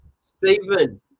Stephen